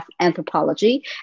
Anthropology